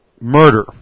murder